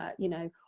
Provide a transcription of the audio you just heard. you know,